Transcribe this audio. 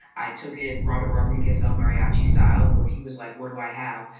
i took it. robert rodriguez, el mariachi style. well, he was like, what do i have?